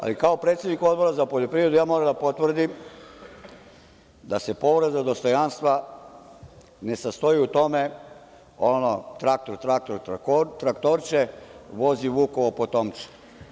Ali, kao predsednik Odbora za poljoprivredu, moram da potvrdim da se povreda dostojanstva ne sastoji u tome, ono traktor, traktor, traktorče, vozi vukovo potomče.